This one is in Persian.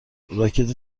راکت